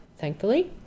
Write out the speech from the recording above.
thankfully